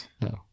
no